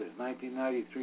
1993